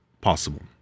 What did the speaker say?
possible